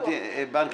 נכנס